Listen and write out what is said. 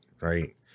right